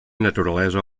naturalesa